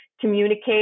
communicate